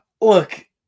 Look